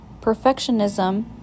perfectionism